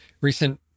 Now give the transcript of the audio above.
recent